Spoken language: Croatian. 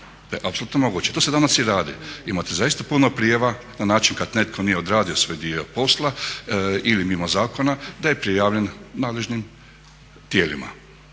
To je apsolutno moguće. To se danas i radi. Imate zaista puno prijava na način kad netko nije odradio svoj dio posla ili mimo zakona da je prijavljen nadležnim tijelima